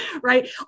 right